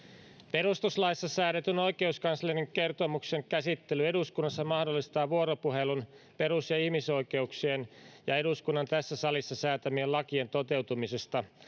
perustuslaissa säädetyn oikeuskanslerin kertomuksen käsittely eduskunnassa mahdollistaa vuoropuhelun perus ja ihmisoikeuksien ja eduskunnan tässä salissa säätämien lakien toteutumisesta